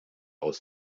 aus